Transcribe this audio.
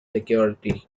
security